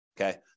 okay